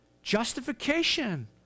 Justification